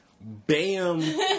Bam